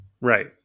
Right